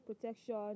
protection